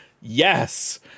Yes